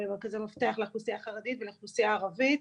מרכזי מפתח לאוכלוסייה החרדית ולאוכלוסייה הערבית.